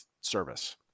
service